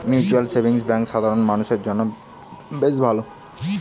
mutual savings bank সাধারণ মানুষদের জন্য বেশ ভালো